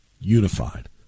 Unified